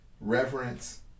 reverence